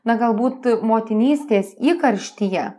na galbūt motinystės įkarštyje